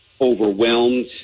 overwhelmed